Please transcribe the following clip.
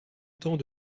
temps